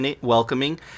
welcoming